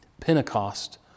Pentecost